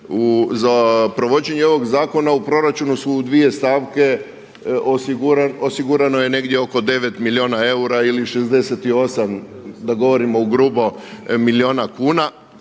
za provođenje ovog zakona u proračunu su u dvije stavke osigurano je negdje oko 9 milijuna eura ili 68, da